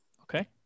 okay